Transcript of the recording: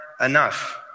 enough